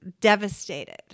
devastated